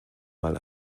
mal